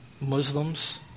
Muslims